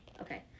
Okay